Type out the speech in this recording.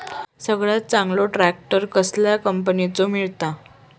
सगळ्यात चांगलो ट्रॅक्टर कसल्या कंपनीचो मिळता?